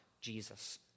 Jesus